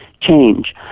change